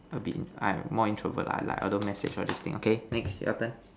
a bit I more introvert lah like I don't message all these things okay next your turn